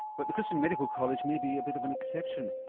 but the christian medical college may be a bit of an exception.